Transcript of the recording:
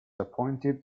appointed